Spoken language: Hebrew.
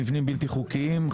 מבנים בלתי חוקיים.